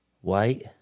White